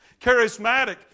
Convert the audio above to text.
charismatic